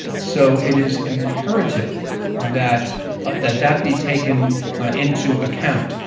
so it is imperative that that that be taken into account,